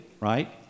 right